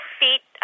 feet